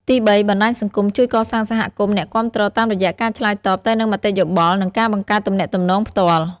ទីបី បណ្ដាញសង្គមជួយកសាងសហគមន៍អ្នកគាំទ្រតាមរយៈការឆ្លើយតបទៅនឹងមតិយោបល់ និងការបង្កើតទំនាក់ទំនងផ្ទាល់។